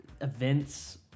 events